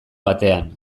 batean